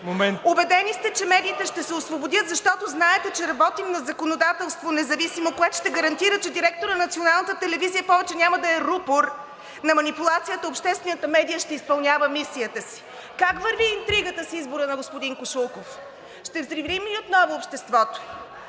Убедени сте, че медиите ще се освободят, защото знаете, че работим за законодателство, независимо кое, ще гарантира, че директорът на Националната телевизия повече няма да е рупор на манипулацията, обществената медия ще изпълнява мисията си. (Шум и реплики от ГЕРБ-СДС.) Как върви интригата с избора на господин Кошлуков? Ще взривим ли отново обществото?